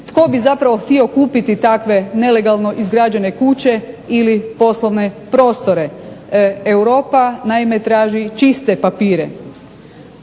tko bi zapravo htio kupiti takve nelegalno izgrađene kuće ili poslovne prostore. Europa naime traži čiste papire.